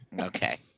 Okay